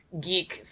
geek